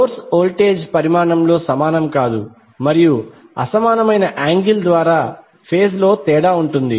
source voltage పరిమాణంలో సమానం కాదు మరియు అసమానమైన యాంగిల్ ద్వారా ఫేజ్ లో తేడా ఉంటుంది